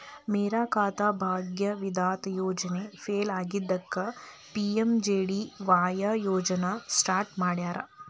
ಮೇರಾ ಖಾತಾ ಭಾಗ್ಯ ವಿಧಾತ ಯೋಜನೆ ಫೇಲ್ ಆಗಿದ್ದಕ್ಕ ಪಿ.ಎಂ.ಜೆ.ಡಿ.ವಾಯ್ ಯೋಜನಾ ಸ್ಟಾರ್ಟ್ ಮಾಡ್ಯಾರ